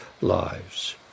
lives